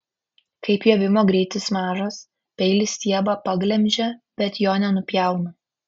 kai pjovimo greitis mažas peilis stiebą paglemžia bet jo nenupjauna